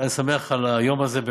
אני שמח על היום הזה,